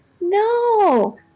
no